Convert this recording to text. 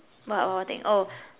what what what thing oh